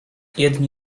jedni